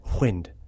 Wind